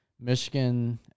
Michigan